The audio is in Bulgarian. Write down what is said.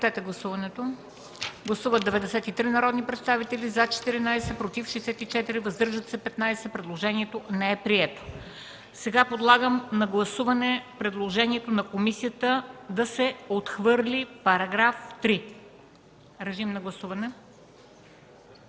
комисията не подкрепя. Гласували 93 народни представители: за 14, против 64, въздържали се 15. Предложението не е прието. Подлагам на гласуване предложението на комисията да се отхвърли § 3. Режим на гласуване.